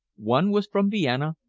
one was from vienna,